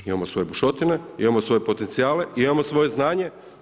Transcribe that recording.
Imamo svoje bušotine, imamo svoje potencijale i imamo svoje znanje.